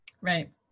Right